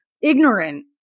ignorant